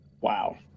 Wow